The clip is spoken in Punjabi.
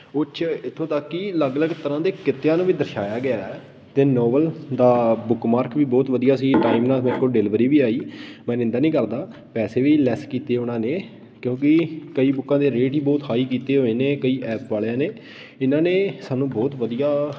ਉਹ 'ਚ ਇੱਥੋਂ ਤੱਕ ਕਿ ਅਲੱਗ ਅਲੱਗ ਤਰ੍ਹਾਂ ਦੇ ਕਿੱਤਿਆਂ ਨੂੰ ਵੀ ਦਰਸ਼ਾਇਆ ਗਿਆ ਹੈ ਅਤੇ ਨੋਵਲ ਦਾ ਬੁੱਕਮਾਰਕ ਵੀ ਬਹੁਤ ਵਧੀਆ ਸੀ ਟਾਈਮ ਨਾਲ ਮੇਰੇ ਕੋਲ ਡਿਲੀਵਰੀ ਵੀ ਆਈ ਮੈਂ ਨਿੰਦਾ ਨਹੀਂ ਕਰਦਾ ਪੈਸੇ ਵੀ ਲੈਸ ਕੀਤੇ ਉਹਨਾਂ ਨੇ ਕਿਉਂਕਿ ਕਈ ਬੁੱਕਾਂ ਦੇ ਰੇਟ ਹੀ ਬਹੁਤ ਹਾਈ ਕੀਤੇ ਹੋਏ ਨੇ ਕਈ ਐਪ ਵਾਲਿਆਂ ਨੇ ਇਹਨਾਂ ਨੇ ਸਾਨੂੰ ਬਹੁਤ ਵਧੀਆ